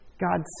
God